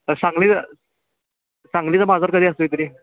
तर सांगलीचा सांगलीचा बाजार कधी असतो आहे कधी